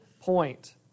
point